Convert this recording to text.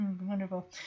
Wonderful